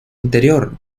interior